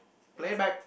play back